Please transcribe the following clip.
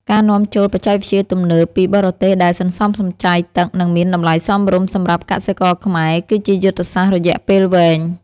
ការនាំចូលបច្ចេកវិទ្យាទំនើបពីបរទេសដែលសន្សំសំចៃទឹក និងមានតម្លៃសមរម្យសម្រាប់កសិករខ្មែរគឺជាយុទ្ធសាស្ត្ររយៈពេលវែង។